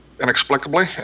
inexplicably